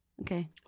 Okay